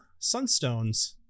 sunstones